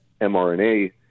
mrna